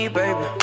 baby